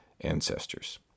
ancestors